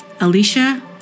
Alicia